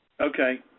Okay